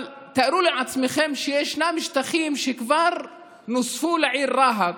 אבל תארו לעצמכם שישנם שטחים שכבר נוספו לעיר רהט,